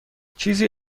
چیزی